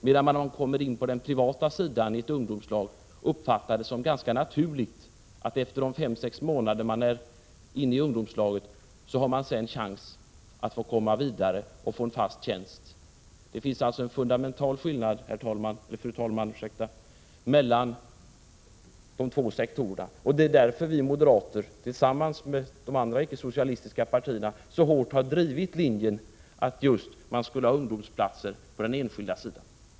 Om ungdomarna däremot kommer in på den privata sidan i ett ungdomslag uppfattär de det som ganska naturligt att de efter de fem sex månader de är inne i ungdomslaget har chans att få komma vidare och få fast tjänst. Det finns alltså en fundamental skillnad, fru talman, mellan de två sektorerna. Det är därför som vi moderater tillsammans med de andra icke-socialistiska partierna så hårt har drivit linjen att man skall ge ungdomarna plats inom den enskilda sektorn.